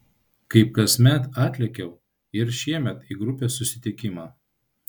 kaip kasmet atlėkiau ir šiemet į grupės susitikimą